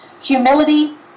humility